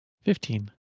fifteen